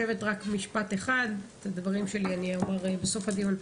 את הדברים שלי אני אומר בסוף הדיון.